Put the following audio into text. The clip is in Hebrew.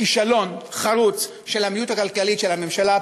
כישלון חרוץ של המדיניות הכלכלית של הממשלה.